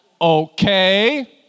Okay